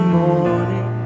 morning